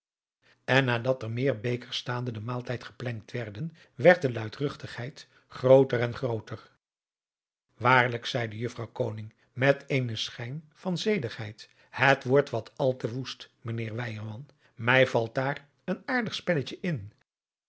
en nadat er meer bekers staande den maaltijd geplengd werden werd de luidruchtigheid grooter en grooter waarlijk zeide juffrouw koning met eenen schijn van zedigheid het wordt wat al te woest mijnheer weyerman mij valt daar een aardig spelletje in